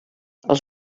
els